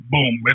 Boom